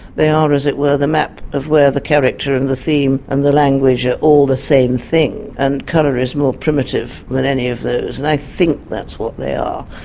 they are, as it were, the map of where the character and the theme and the language are all the same thing. and colour is more primitive than any of those and i think that's what they are.